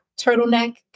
turtleneck